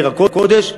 בעיר הקודש,